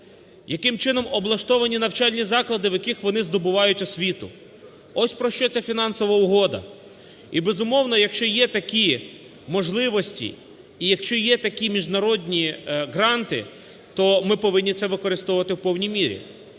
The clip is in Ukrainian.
яким чином облаштовані навчальні заклади, в яких вони здобувають освіту. Ось, про що ця фінансова угода. І, безумовно, якщо є такі можливості, і якщо є такі міжнародні гранти, то ми повинні це використовувати в повній мірі.